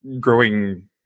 growing